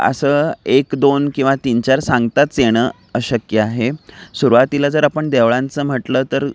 असं एक दोन किंवा तीन चार सांगताच येणं अशक्य आहे सुरुवातीला जर आपण देवळांचं म्हटलं तर